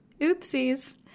Oopsies